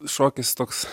šokis toks